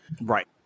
right